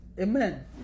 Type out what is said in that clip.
Amen